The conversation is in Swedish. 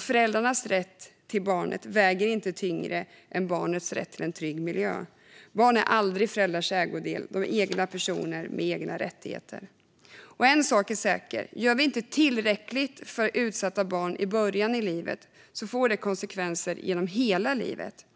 Föräldrarnas rätt till barnet väger inte tyngre än barnets rätt till en trygg miljö. Barn är aldrig föräldrars ägodelar. De är egna personer med egna rättigheter. En sak är säker: Gör vi inte tillräckligt för utsatta barn i början av livet får det konsekvenser genom hela livet.